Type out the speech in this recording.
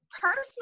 personal